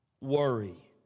worry